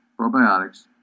probiotics